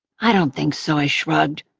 i don't think so. i shrugged.